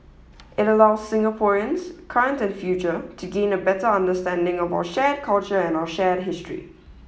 it allows Singaporeans current and future to gain a better understanding of our shared culture and our shared history